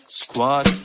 squad